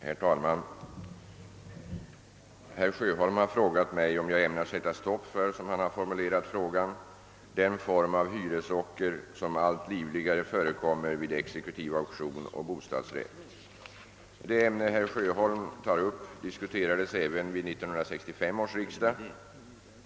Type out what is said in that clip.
Herr talman! Herr Sjöholm har frågat mig om jag ämnar sätta stopp för — som han har formulerat frågan — den form av hyresocker, som allt livligare förekommer vid exekutiv auktion å bostadsrätt. Det ämne herr Sjöholm tar upp diskuterades även vid 1965 års riksdag.